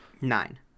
nine